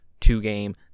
twogame